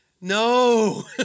no